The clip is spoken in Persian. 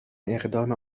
اقدام